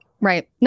Right